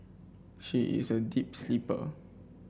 she is a deep sleeper